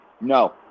No